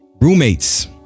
Roommates